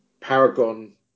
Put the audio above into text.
Paragon